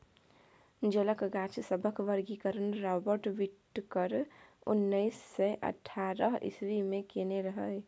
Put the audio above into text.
जलक गाछ सभक वर्गीकरण राबर्ट बिटकर उन्नैस सय अठहत्तर इस्वी मे केने रहय